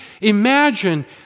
imagine